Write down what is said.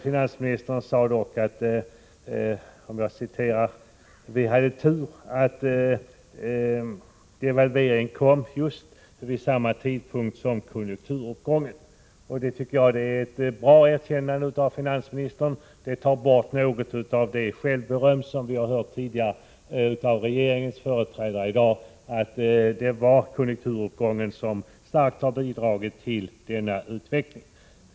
Finansministern sade dock: Vi hade tur att devalveringen kom just vid samma tidpunkt som konjunkturuppgången. Det tycker jag är ett bra erkännande av finansministern. Det tar bort något av det självberöm som vi har hört tidigare i dag av regeringens företrädare. Det var konjunkturuppgången som starkt bidrog till denna utveckling.